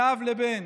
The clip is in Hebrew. מאב לבן.